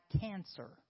cancer